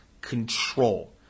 control